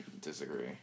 Disagree